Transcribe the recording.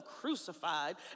crucified